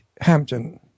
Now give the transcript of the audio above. Hampton